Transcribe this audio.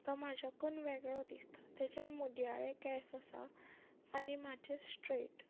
तो म्हाज्याकून वेगळो दिसता तेजे मुदयाळे केंस आसा आनी म्हाजे स्ट्रेट